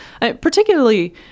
particularly